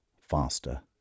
faster